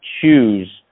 choose